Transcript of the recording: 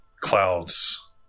clouds